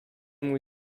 mój